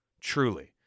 truly